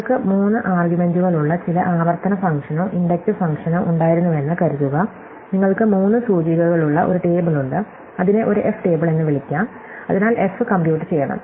നിങ്ങൾക്ക് മൂന്ന് ആർഗ്യുമെന്റുകളുള്ള ചില ആവർത്തന ഫംഗ്ഷനോ ഇൻഡക്റ്റീവ് ഫംഗ്ഷനോ ഉണ്ടായിരുന്നുവെന്ന് കരുതുക നിങ്ങൾക്ക് മൂന്ന് സൂചികകളുള്ള ഒരു ടേബിൾ ഉണ്ട് അതിനെ ഒരു f ടേബിൾ എന്ന് വിളിക്കാം അതിനാൽ f കമ്പ്യൂട്ട് ചെയ്യണം